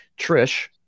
trish